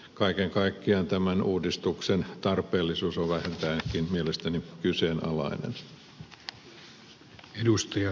kaiken kaikkiaan tämän uudistuksen tarpeellisuus on mielestäni vähintäänkin kyseenalainen